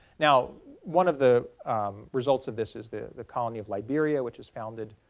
now one of the results of this is the the colony of liberia which is founded